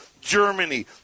Germany